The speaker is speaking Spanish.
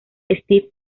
steve